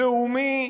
לאומי,